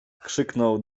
krzyknął